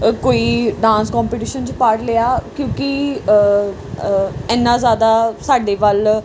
ਅ ਕੋਈ dance competition 'ਚ part ਲਿਆ ਕਿਉਂਕਿ ਇੰਨਾ ਜ਼ਿਆਦਾ ਸਾਡੇ ਵੱਲ